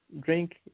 drink